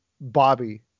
Bobby